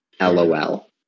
LOL